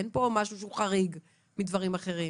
אין כאן משהו שהוא חריג מדברים אחרים.